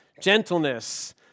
gentleness